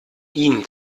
ihn